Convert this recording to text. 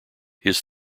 his